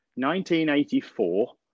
1984